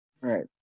Right